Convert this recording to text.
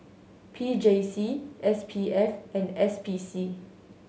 P J C S P F and S P C